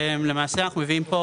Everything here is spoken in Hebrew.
למעשה, אנחנו מביאים פה